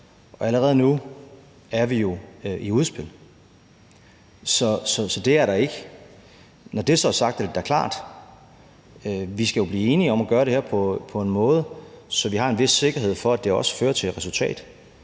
Allerede nu er vi jo i gang med et udspil, så det er der ikke risiko for. Når det så er sagt, er det da klart, at vi jo skal blive enige om at gøre det her på en måde, så vi har en vis sikkerhed for, at det også fører til et resultat.